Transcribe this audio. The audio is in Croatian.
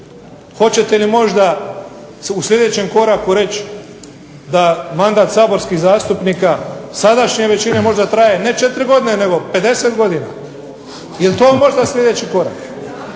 hoćete li možda u sljedećem koraku reći da mandat saborskih zastupnika sadašnje većine možda traje ne 4 godine nego 50 godina, je li to možda sljedeći korak.